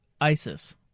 Isis